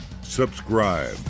subscribe